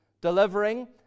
delivering